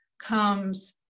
comes